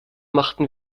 machten